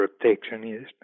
protectionist